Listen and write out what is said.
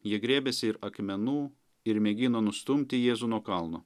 jie griebėsi ir akmenų ir mėgino nustumti jėzų nuo kalno